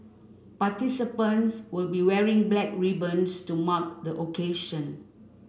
participants will be wearing black ribbons to mark the occasion